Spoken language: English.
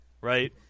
right